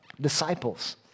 disciples